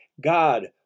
God